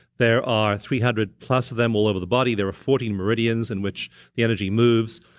there are three hundred plus of them all over the body. there are fourteen meridians in which the energy moves,